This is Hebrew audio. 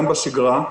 גם בשגרה,